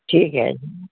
ਠੀਕ ਹੈ ਜੀ